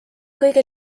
kõige